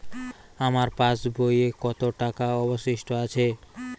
আমার পাশ বইয়ে কতো টাকা অবশিষ্ট আছে?